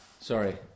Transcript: Sorry